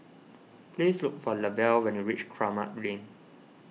please look for Lavelle when you reach Kramat Lane